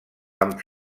amb